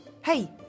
Hey